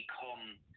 become